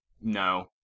no